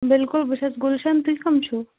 بِلکُل بہٕ چھَس گُلشَن تُہۍ کٔم چھُو